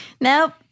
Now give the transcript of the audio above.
Nope